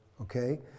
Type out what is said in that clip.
okay